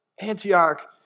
Antioch